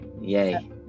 Yay